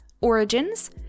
Origins